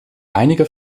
einige